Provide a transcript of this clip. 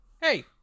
Hey